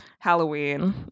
Halloween